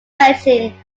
searching